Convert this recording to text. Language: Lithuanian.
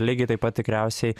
lygiai taip pat tikriausiai